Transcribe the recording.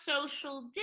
social